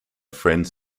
friends